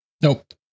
Nope